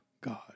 God